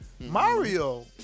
Mario